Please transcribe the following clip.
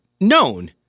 known